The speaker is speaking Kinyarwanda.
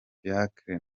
fiacre